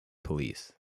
police